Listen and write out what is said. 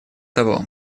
того